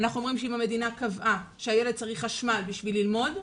אנחנו אומרים שאם המדינה קבעה שהילד צריך חשמל בשביל ללמוד,